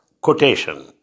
quotation